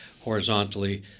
horizontally